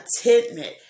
contentment